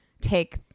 take